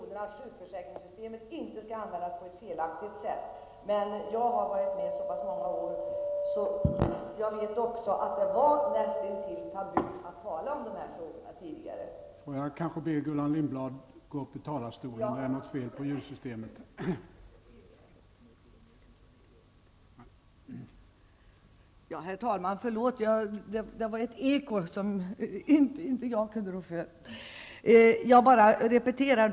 Herr talman! Det är bra att Doris Håvik gör en absolut deklaration att sjukförsäkringssystemet inte skall användas på ett felaktigt sätt. Men jag har varit med så pass många år att jag vet att det tidigare var näst intill tabu att tala om dessa frågor.